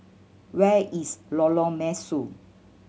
where is Lorong Mesu